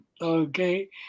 Okay